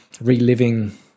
Reliving